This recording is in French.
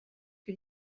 que